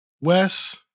Wes